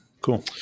Cool